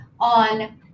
on